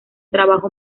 trabajo